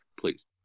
please